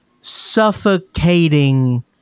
suffocating